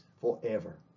forever